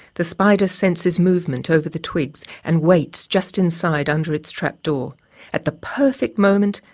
the spider senses movement over the twigs, and waits just inside under its trapdoor at the perfect moment,